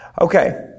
Okay